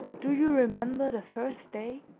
do you remember the first day?